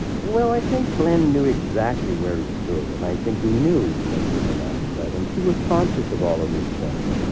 well, i think glenn knew exactly where he stood, and i think he knew that he was an artist. i think he was conscious of all of these things.